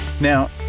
Now